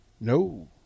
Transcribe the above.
No